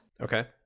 Okay